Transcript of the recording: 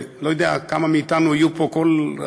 ולא יודע כמה מאתנו יהיו פה כל,